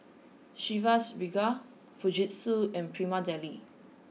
Chivas Regal Fujitsu and Prima Deli